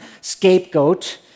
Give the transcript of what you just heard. scapegoat